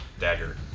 dagger